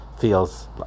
feels